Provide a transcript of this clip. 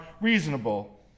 reasonable